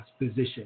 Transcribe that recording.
position